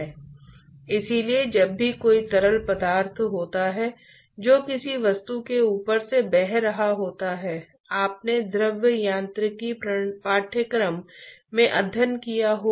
तो वह हीट की कुल मात्रा है जो वह दर है जिस पर हीट को ठोस से द्रव तक पहुँचाया जा रहा है